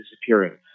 disappearing